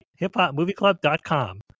hiphopmovieclub.com